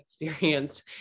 experienced